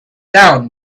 down